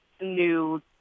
new